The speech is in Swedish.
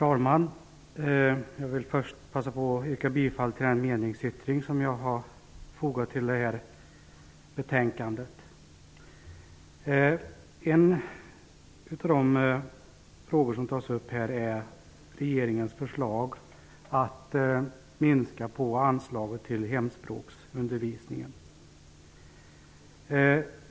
Herr talman! Först yrkar jag bifall till den meningsyttring från mig som finns fogad till det här betänkandet. En av de frågor som tas upp här gäller regeringens förslag om att minska anslaget för hemspråksundervisningen.